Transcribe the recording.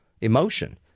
emotion